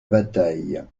bataille